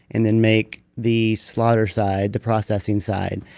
and then make the slaughter side, the processing side,